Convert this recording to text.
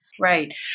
Right